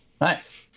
Nice